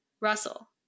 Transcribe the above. Russell